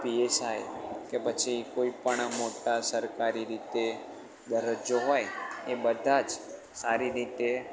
PSI કે પછી કોઈ પણ મોટા સરકારી રીતે દરજ્જો હોય એ બધા જ સારી રીતે